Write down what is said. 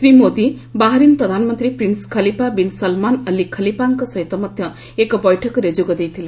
Shri Modi Bahrain ପ୍ରଧାନମନ୍ତ୍ରୀ prince Khalifa bin Salman al ଖଲିଫାଙ୍କ ସହିତ ମଧ୍ୟ ଏକ ବୈଠକରେ ଯୋଗଦେଇଥିଲେ